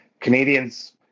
Canadians